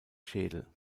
schädel